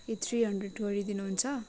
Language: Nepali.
ए थ्री हन्ड्रेड गरिदिनु हुन्छ